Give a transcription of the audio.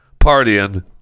partying